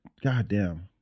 goddamn